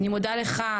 אני מודה לך,